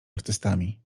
artystami